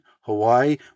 hawaii